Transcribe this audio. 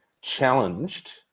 challenged